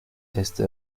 este